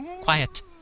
Quiet